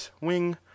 wing